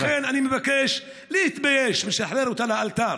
ולכן, אני מבקש להתבייש, ולשחרר לאלתר.